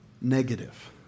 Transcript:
negative